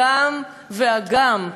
גם וגם.